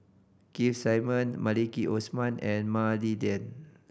Keith Simmon Maliki Osman and Mah Li Lian